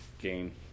game